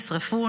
נשרפו,